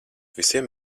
visiem